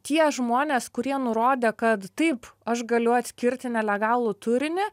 tie žmonės kurie nurodė kad taip aš galiu atskirti nelegalų turinį